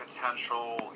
potential